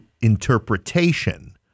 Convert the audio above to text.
interpretation